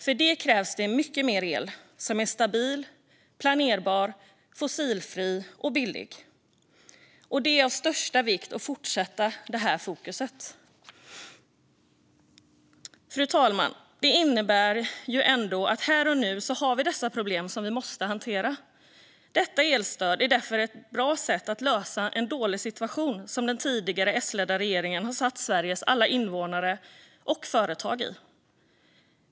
För det krävs det mycket mer el som är stabil, planerbar, fossilfri och billig. Det är av största vikt att fortsätta med detta fokus. Fru talman! Det innebär ändå att vi här och nu har dessa problem som vi måste hantera. Detta elstöd är därför ett bra sätt att lösa en dålig situation som den tidigare S-ledda regeringen har satt Sveriges alla invånare och företag i.